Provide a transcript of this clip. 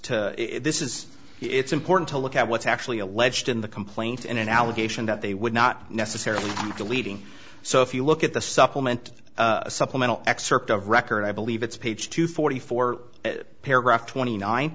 to this is it's important to look at what's actually alleged in the complaint and an allegation that they would not necessarily deleting so if you look at the supplement supplemental excerpt of record i believe it's page two forty four paragraph twenty nine